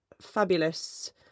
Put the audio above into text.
fabulous